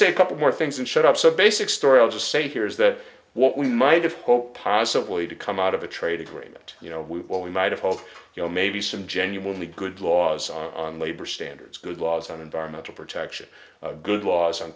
say a couple more things and shut up some basic story i'll just say here is that what we might have hoped possibly to come out of a trade agreement you know we will we might hold you know maybe some genuinely good laws on labor standards good laws on environmental protection good laws on